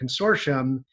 consortium